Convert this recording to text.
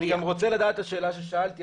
אני גם רוצה לדעת את השאלה ששאלתי,